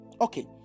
Okay